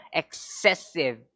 excessive